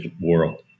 world